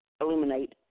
illuminate